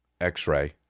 x-ray